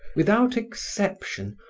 without exception,